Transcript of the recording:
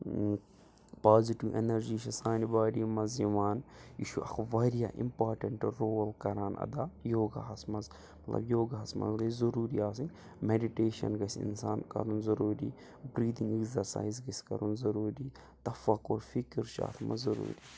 positive energy چھِ سانہِ body منٛز یِوان یہِ چھُ اَکھ واریاہ اِمپارٹیٚنٹ رول کَران ادا یوگا ہَس منٛز مطلب یوگا ہَس منٛز گَژھہِ ضروٗری آسٕنۍ میٚڈِٹیشَن گَژھہِ اِنسان کَرُن ضُروٗری برٛیٖدِنٛگ ایٚگزَرسایز گَژھہِ کَرُن ضروٗری تفکر فکر چھِ اَتھ منٛز ضُروٗری